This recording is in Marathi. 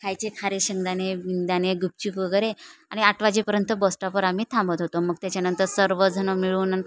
खायचे खारे शेंगदाणे बिंगदाने गुपचुप वगैरे आणि आठ वाजेपर्यंत बसटॉपवर आम्ही थांबत होतो मग त्याच्यानंतर सर्वजण मिळून